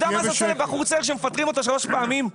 אתה יודע מה זה עושה לבחור צעיר שמפטרים אותו שלוש פעמים?